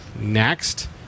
Next